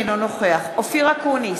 אינו נוכח אופיר אקוניס,